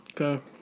okay